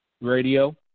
Radio